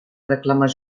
reclamar